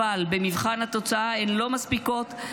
במבחן התוצאה הן לא מספיקות,